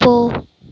போ